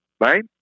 Right